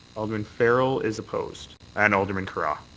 alderman farrell is opposed. and alderman carra.